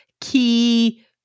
key